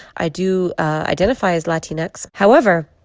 i do identify as latinx. however,